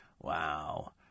Wow